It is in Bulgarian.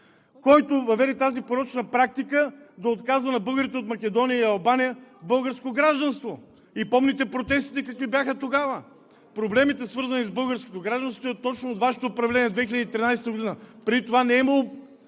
който въведе тази порочна практика, да отказва на българите от Македония и Албания българско гражданство. Помните какви бяха протестите тогава. Проблемите, свързани с българското гражданство, стоят точно от Вашето управление – 2013 г., преди това не е имало